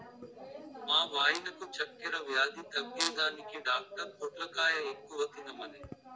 మా వాయినకు చక్కెర వ్యాధి తగ్గేదానికి డాక్టర్ పొట్లకాయ ఎక్కువ తినమనె